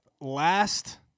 Last